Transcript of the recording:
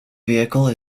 vehicle